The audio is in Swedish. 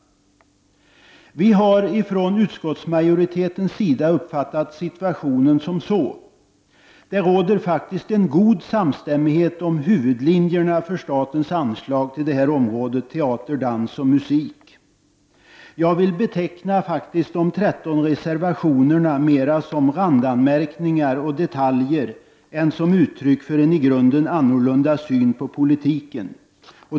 Vi har från utskottsmajoritetens sida uppfattat situationen så att det råder en god samstämmighet om huvudlinjerna för statens anslag till området teater, dans och musik. Jag vill beteckna de 13 reservationerna mera som randanmärkningar och detaljer än som uttryck för en i grunden annorlunda syn på politiken.